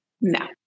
No